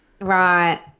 Right